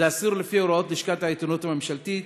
זה אסור לפי הוראות לשכת העיתונות הממשלתית,